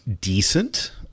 decent